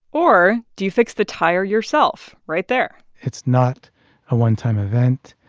or do you fix the tire yourself right there? it's not a one-time event.